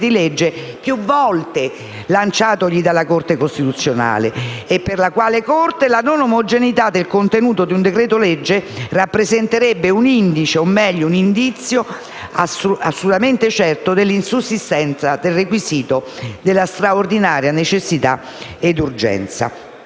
decreti-legge, più volte lanciatogli dalla Corte costituzionale; per la quale Corte la non omogeneità del contenuto di un decreto-legge rappresenterebbe un indice, o meglio un indizio, assolutamente certo della insussistenza del requisito della straordinaria necessità e urgenza.